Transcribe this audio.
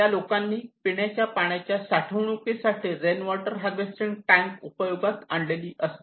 त्या लोकांनी पिण्याच्या पाण्याच्या साठवणुकीसाठी रेन वॉटर हार्वेस्टिंग टँक उपयोगात आणलेली असते